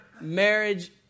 marriage